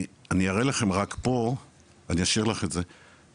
אני אראה לכם פה שתי תמונות,